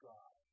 God